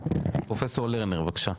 פרופסור לרנר בבקשה.